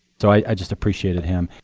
so i just appreciated him.